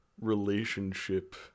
relationship